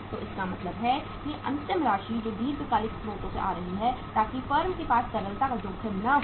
तो इसका मतलब है कि अंतिम राशि जो दीर्घकालिक स्रोतों से आ रही है ताकि फर्म के पास तरलता का जोखिम न हो